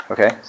Okay